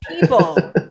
people